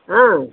ಹಾಂ